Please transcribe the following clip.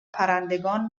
پرندگان